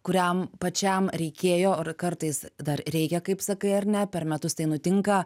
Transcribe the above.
kuriam pačiam reikėjo ar kartais dar reikia kaip sakai ar ne per metus tai nutinka